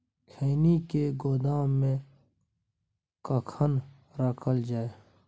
खैनी के गोदाम में कखन रखल जाय?